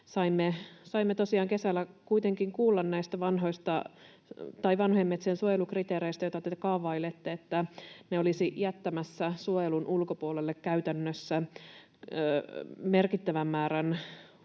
Saimme tosiaan kesällä kuitenkin kuulla näistä vanhojen metsien suojelukriteereistä, joita te kaavailette, että ne olisivat jättämässä suojelun ulkopuolelle käytännössä merkittävän määrän